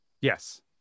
Yes